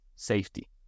safety